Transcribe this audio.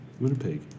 Winnipeg